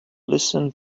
listen